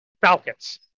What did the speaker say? Falcons